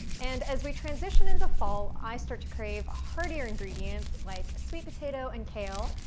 and as we transition into fall, i start to crave heartier ingredients, like sweet potato and kale,